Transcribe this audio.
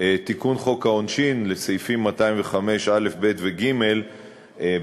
תיקון לסעיפים 205א, 205ב ו-205ג